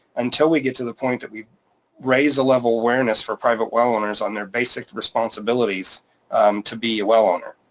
until we get to the point that we've raised the level of awareness for private well owners on their basic responsibilities to be a well owner.